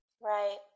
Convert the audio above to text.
Right